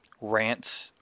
rants